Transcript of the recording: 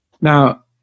Now